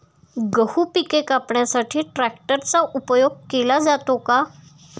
गहू पिके कापण्यासाठी ट्रॅक्टरचा उपयोग केला जातो का?